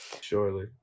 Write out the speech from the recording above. surely